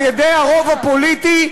על-ידי הרוב הפוליטי,